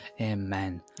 Amen